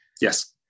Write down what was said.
Yes